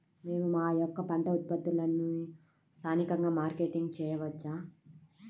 మేము మా యొక్క పంట ఉత్పత్తులని స్థానికంగా మార్కెటింగ్ చేయవచ్చా?